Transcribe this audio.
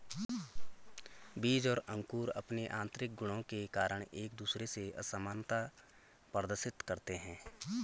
बीज और अंकुर अंपने आतंरिक गुणों के कारण एक दूसरे से असामनता प्रदर्शित करते हैं